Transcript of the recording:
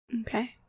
Okay